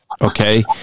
Okay